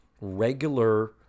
regular